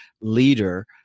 leader